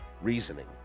reasoning